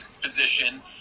position